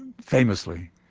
famously